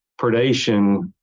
predation